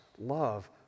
love